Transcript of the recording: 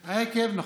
נכון.